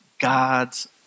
God's